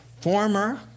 former